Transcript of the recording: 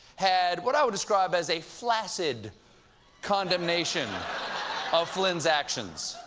had what i would describe as a flaccid condemnation of flynn's actions.